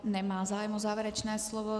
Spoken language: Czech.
Nemá zájem o závěrečné slovo.